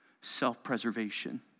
Self-preservation